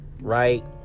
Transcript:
Right